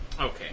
Okay